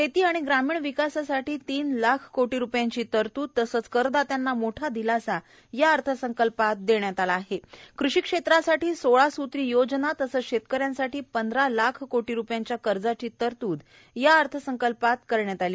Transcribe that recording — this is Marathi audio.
शप्ती ग्रामीण विकासासाठी तीन लाख कोटी रुपयांची तरतूद तसंच करदात्यांना मोठा दिलासा या अर्थसंकल्पात दप्टयात आला आहप कृषी क्षव्वासाठी सोळा सुत्री योजना तसंच शप्रकऱ्यांसाठी पंधरा लाख कोटी रुपयांच्या कर्जाची तरतूद करण्याची माहितीही त्यांनी यावळी दिली